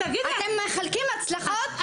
אתם מחלקים הצלחות?